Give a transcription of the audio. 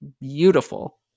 beautiful